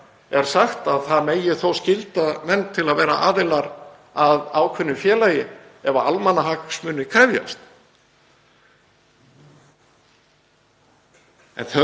er sagt að það megi þó skylda menn til að vera aðilar að ákveðnu félagi ef almannahagsmunir krefjast